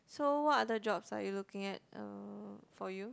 so what other jobs are you looking at uh for you